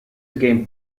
again